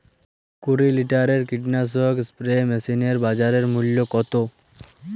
কুরি লিটারের কীটনাশক স্প্রে মেশিনের বাজার মূল্য কতো?